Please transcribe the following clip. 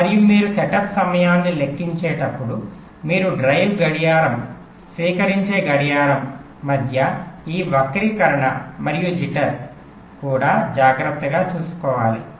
మరియు మీరు సెటప్ సమయాన్ని లెక్కించేటప్పుడు మీరు డ్రైవ్ గడియారం స్వీకరించే గడియారం మధ్య ఈ వక్రీకరణ మరియు జిటర్skew jitter కూడా జాగ్రత్తగా చూసుకోవాలి